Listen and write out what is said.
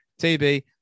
TB